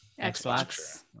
Xbox